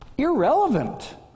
irrelevant